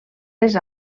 les